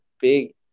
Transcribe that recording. big